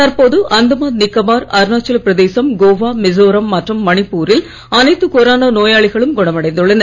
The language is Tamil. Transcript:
தற்போது அந்தமான் நிக்கோபார் அருணாச்சலப் பிரதேசம் கோவா மிசோரம் மற்றும் மணிப்பூரில் அனைத்து கொரோனா நோயாளிகளும் குணமடைந்துள்ளனர்